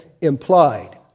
Implied